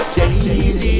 Changing